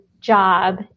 job